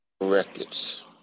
Records